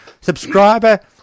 Subscriber